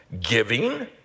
giving